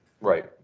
Right